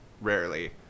rarely